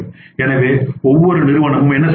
எனவே ஒவ்வொரு நிறுவனமும் என்ன செய்ய வேண்டும்